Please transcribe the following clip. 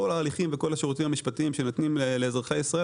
כל ההליכים וכל השירותים המשפטיים שנותנים לאזרחי ישראל,